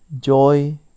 joy